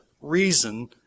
reason